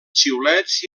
xiulets